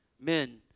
men